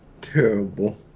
Terrible